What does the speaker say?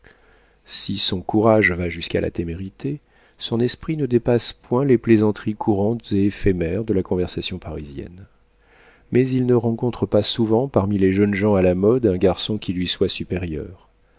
si son courage va jusqu'à la témérité son esprit ne dépasse point les plaisanteries courantes et éphémères de la conversation parisienne mais il ne rencontre pas souvent parmi les jeunes gens à la mode un garçon qui lui soit supérieur